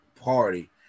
Party